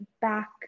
back